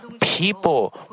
people